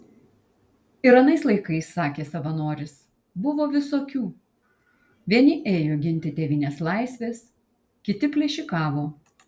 ir anais laikais sakė savanoris buvo visokių vieni ėjo ginti tėvynės laisvės kiti plėšikavo